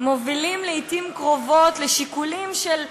מובילים לעתים קרובות לשיקולים של כבוד,